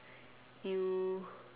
you